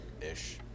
ish